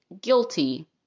guilty